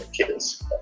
kids